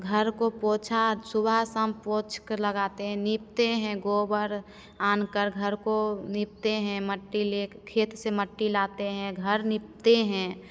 घर को पोंछा सुबह शाम पोंछ कर लगाते हैं लीपते हैं गोबर आन कर घर को लीपते हैं मिट्टी लेकर खेत से मिट्टी लाते हैं घर लीपते हैं